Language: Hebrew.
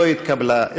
לא התקבלה.